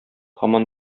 һаман